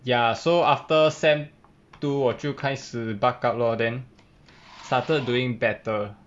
ya so after semester two 我就开始 buck up lor then started doing better